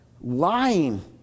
Lying